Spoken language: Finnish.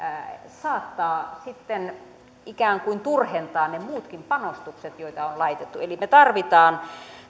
saattaa sitten ikään kuin turhentaa ne muutkin panostukset joita on laitettu elikkä me tarvitsemme